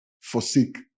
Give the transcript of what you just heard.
forsake